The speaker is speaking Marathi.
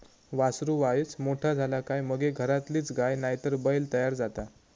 वासरू वायच मोठा झाला काय मगे घरातलीच गाय नायतर बैल तयार जाता